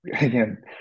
again